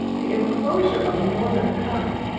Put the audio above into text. the enclosure of norland common,